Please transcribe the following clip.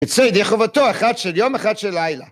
יצא ידי חובתו אחד של יום אחד של לילה